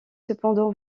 cependant